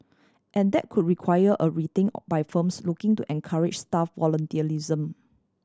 and that could require a rethink by firms looking to encourage staff volunteerism